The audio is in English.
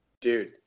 Dude